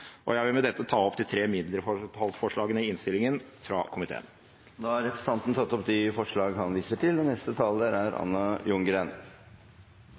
Jeg vil med dette ta opp de tre mindretallsforslagene i innstillingen fra komiteen. Representanten Rasmus Hansson har tatt opp de forslagene han refererte til. Stortinget vedtok Verneplan for vassdrag i 1973, i 1980, i 1986 og